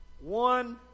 One